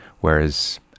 Whereas